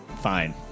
fine